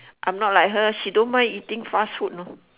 I'm not like her she don't mind eating fast food know